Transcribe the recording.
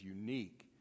unique